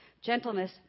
Gentleness